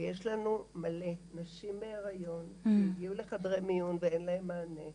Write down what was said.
ויש לנו מלא נשים בהריון שהגיעו לחדרי מיון ואין להן מענה,